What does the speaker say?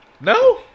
No